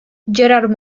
gerard